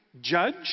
judge